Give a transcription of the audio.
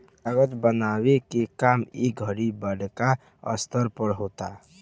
कागज बनावे के काम ए घड़ी बड़का स्तर पर होता